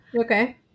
Okay